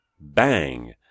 Bang